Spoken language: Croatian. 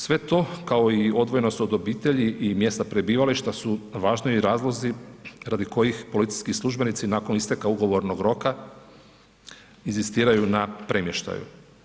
Sve to, kao i odvojenost od obitelji i mjesta prebivališta su važno i razlozi radi kojih policijski službenici nakon isteka ugovornog roka inzistiraju na premještaju.